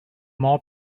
more